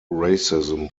racism